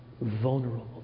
vulnerable